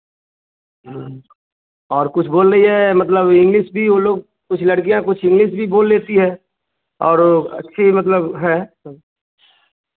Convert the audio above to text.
हाँ और कुछ बोल रही हैं मतलब इंग्लिश भी वे लोग कुछ लड़कियाँ कुछ इंग्लिश भी बोल लेती हैं और वह अच्छी मतलब हैं सर